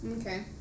Okay